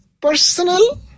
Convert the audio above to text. personal